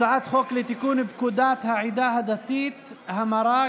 הצעת חוק לתיקון פקודת העדה הדתית (המרה)